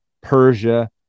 Persia